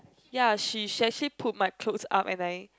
ya she she actually pulled my clothes up and I